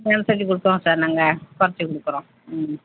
சொல்லி கொடுப்போம் சார் நாங்கள் குறைச்சு கொடுக்குறோம் ம்